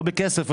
לא בכסף,